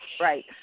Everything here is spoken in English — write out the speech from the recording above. Right